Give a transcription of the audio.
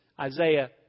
Isaiah